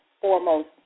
foremost